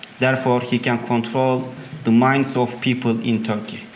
therefore he can control the minds of people in turkey.